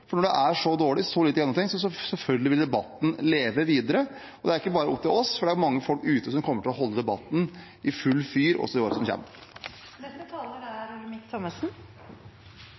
For når det er så dårlig og så lite gjennomtenkt, vil selvfølgelig debatten leve videre. Det er ikke bare opp til oss, for mange folk der ute kommer til å holde debatten i full fyr også i årene som